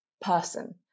person